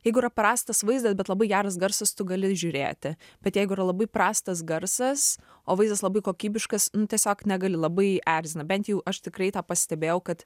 jeigu yra prastas vaizdas bet labai geras garsas tu gali žiūrėti bet jeigu yra labai prastas garsas o vaizdas labai kokybiškas tiesiog negali labai erzina bent jau aš tikrai tą pastebėjau kad